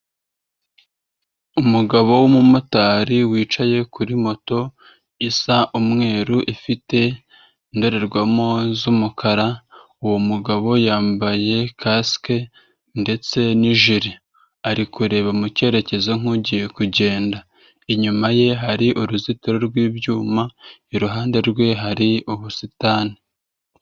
Umugabo w'umumotari wicaye kuri moto, isa umweru, ifite indorerwamo z'umukara, uwo mugabo yambaye kasike ndetse n'ijeri, ari kureba mu cyerekezo nku'ugiye kugenda, inyuma ye hari uruzitiro rw'ibyuma, iruhande rwe hari ubusitani.